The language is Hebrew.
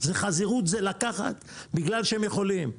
וזה לקחת בגלל שהם יכולים.